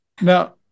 Now